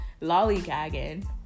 lollygagging